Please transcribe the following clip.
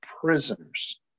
prisoners